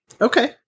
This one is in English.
Okay